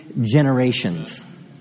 generations